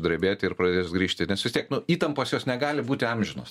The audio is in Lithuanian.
drebėti ir pradės grįžti nes vis tiek nu įtampos jos negali būti amžinos